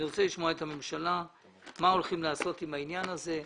אני רוצה לשמוע את הממשלה שתאמר מה הולכים לעשות עם העניין הזה,